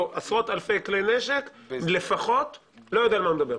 עשרות אלפי כלי נשק לא יודע על מה הוא מדבר.